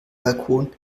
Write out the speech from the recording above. balkon